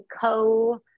co